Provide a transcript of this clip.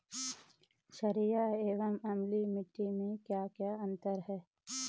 छारीय एवं अम्लीय मिट्टी में क्या क्या अंतर हैं?